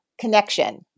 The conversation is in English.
connection